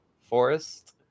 Forest